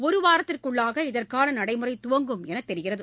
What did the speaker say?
ஒருவாரத்திற்குள்ளாக இதற்கான நடைமுறை துவங்கும் என்று தெரிகிறது